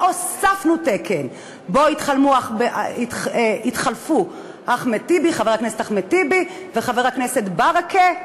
והוספנו תקן שבו התחלפו חבר הכנסת אחמד טיבי וחבר הכנסת ברכה.